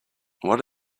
what